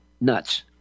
nuts